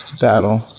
battle